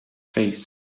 face